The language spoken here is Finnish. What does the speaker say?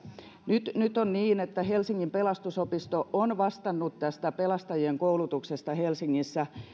nyt nyt on niin että helsingin pelastusopisto on vastannut pelastajien koulutuksesta helsingissä